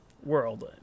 World